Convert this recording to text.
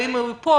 ואם הוא ייפול,